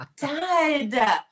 dad